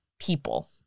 people